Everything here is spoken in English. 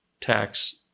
tax